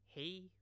hey